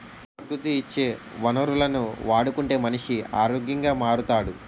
ప్రకృతి ఇచ్చే వనరులను వాడుకుంటే మనిషి ఆరోగ్యంగా మారుతాడు